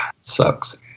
sucks